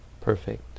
perfect